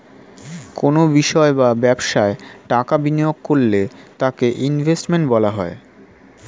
কোনো বিষয় বা ব্যবসায় টাকা বিনিয়োগ করলে তাকে ইনভেস্টমেন্ট বলা হয়